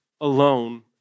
alone